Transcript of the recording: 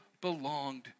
belonged